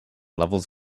levels